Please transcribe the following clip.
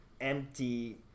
empty